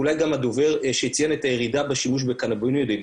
ואולי גם הדובר שציין את הירידה בשימוש בקנבואידים,